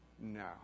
No